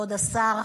כבוד השר,